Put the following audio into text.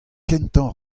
kentañ